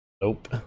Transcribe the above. Nope